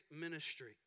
ministry